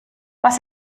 was